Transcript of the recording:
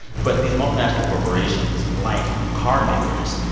but these multinational corporations, like carmakers,